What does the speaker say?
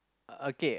okay